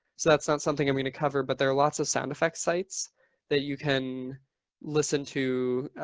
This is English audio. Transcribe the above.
so that's not something i'm going to cover, but there are lots of sound effects sites that you can listen to,